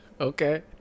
Okay